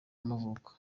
y’amavuko